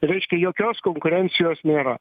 reiškia jokios konkurencijos nėra